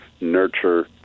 nurture